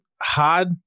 hard